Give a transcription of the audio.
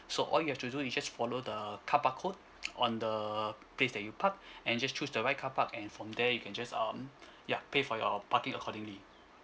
so all you have to do is just follow the car park code on the place that you park and just choose the right car park and from there you can just um yeah pay for your parking accordingly